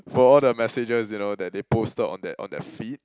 for all the messages you know that they posted on that on that feed